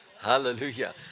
Hallelujah